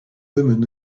women